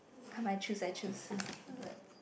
come I choose I choose like